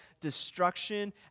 destruction